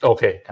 Okay